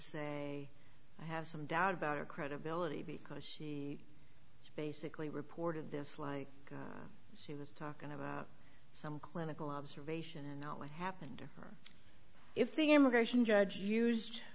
say i have some doubt about her credibility because she basically reported this like she was talking about some clinical observation and not what happened if the immigration judge used